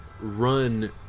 run